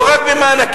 לא רק במענקים.